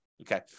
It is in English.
Okay